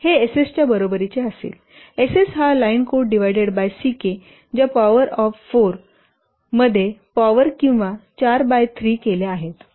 हे S s च्या बरोबरीचे असेल S s हा line code divided by C k ज्या पॉवर ऑफ 4 मध्ये पॉवर किंवा 4 बाय 3 केल्या आहेत